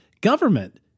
government